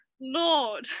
Lord